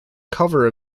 cover